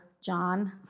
John